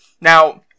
Now